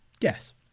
yes